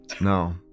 no